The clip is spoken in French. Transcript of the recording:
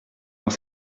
dans